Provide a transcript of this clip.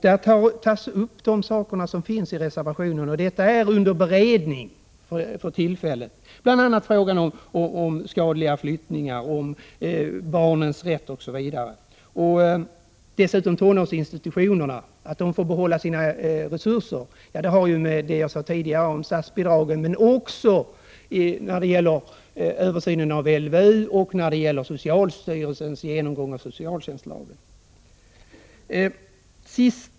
Där tas de saker upp som finns i reservationen. Ärendet är för tillfället under beredning, det gäller frågan om skadliga förflyttningar, barnens rätt osv. Dessutom tror institutionen att de får behålla sina resurser. Det har med det jag sade tidigare om statsbidragen att göra, men det gäller också översynen av LVU och socialstyrelsens genomgång av socialtjänstlagen.